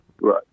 Right